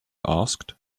asked